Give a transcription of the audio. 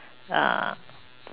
uh